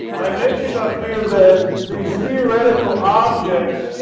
i mentioned up here that these theoretical objects, you